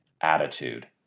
attitude